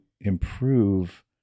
improve